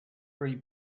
three